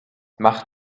machte